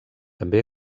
també